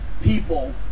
people